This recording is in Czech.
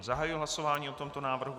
Zahajuji hlasování o tomto návrhu.